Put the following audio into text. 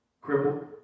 crippled